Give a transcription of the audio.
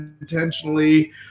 intentionally